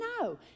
no